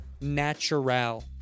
natural